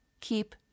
Keep